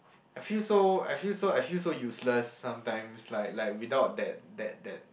I feel so I feel so I feel so useless sometimes like like without that that that